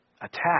attack